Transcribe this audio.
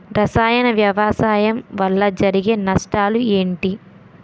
రసాయన వ్యవసాయం వల్ల జరిగే నష్టాలు ఏంటి?